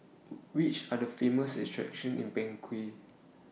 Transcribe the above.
Which Are The Famous attractions in Bangui